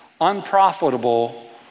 unprofitable